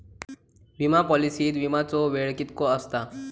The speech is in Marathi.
विमा पॉलिसीत विमाचो वेळ कीतको आसता?